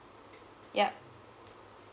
yup